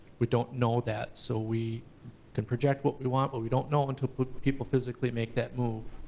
we don't know that, so we can project what we want, but we don't know until people physically make that move.